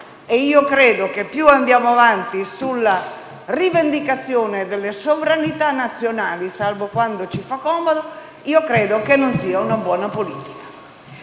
e io credo che andare avanti sulla rivendicazione delle sovranità nazionali, salvo quando ci fa comodo, non sia una buona politica.